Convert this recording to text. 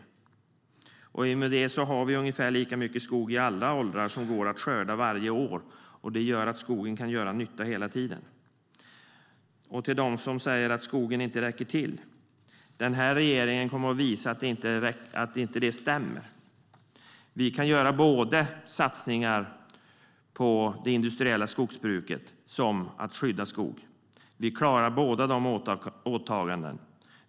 I och med detta har vi ungefär lika mycket skog i alla åldrar som går att skörda varje år, och det gör att skogen kan göra nytta hela tiden. Och till dem som säger att skogen inte räcker till vill jag säga att den här regeringen kan visa att det inte stämmer. Vi kan satsa på både det industriella skogsbruket och på att skydda skog. Vi klarar båda dessa åtaganden.